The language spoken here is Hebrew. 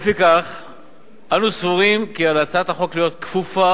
לפיכך אנו סבורים כי על הצעת החוק להיות כפופה